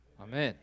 Amen